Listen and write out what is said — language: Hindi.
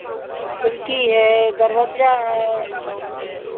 खिड़की है दरवाजा है